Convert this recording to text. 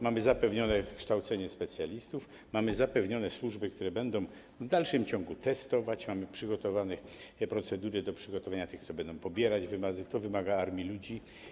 Mamy zapewnione kształcenie specjalistów, mamy zapewnione służby, które będą w dalszym ciągu testować, mamy procedury do przygotowania tych, którzy będą pobierać wymazy, bo to wymaga armii ludzi.